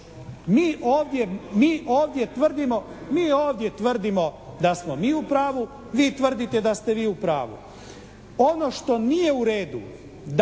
Mi ovdje tvrdimo da smo mi u pravu, vi tvrdite da ste vi u pravu. Ono što nije u redu